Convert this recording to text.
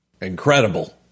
Incredible